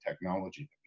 technology